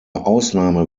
ausnahme